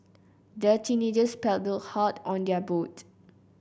the teenagers paddled hard on their boat